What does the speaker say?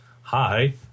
hi